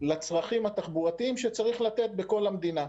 לצרכים התחבורתיים שצריך לתת בכל המדינה.